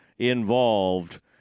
involved